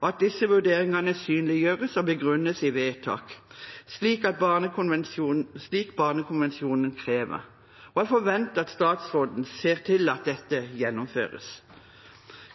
og at disse vurderingene synliggjøres og begrunnes i vedtak, slik Barnekonvensjonen krever.» Og jeg forventer at statsråden ser til at dette gjennomføres.